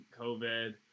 covid